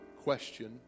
question